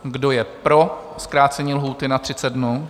Kdo je pro zkrácení lhůty na 30 dnů?